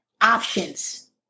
options